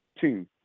Two